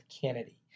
Kennedy